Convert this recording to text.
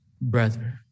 brother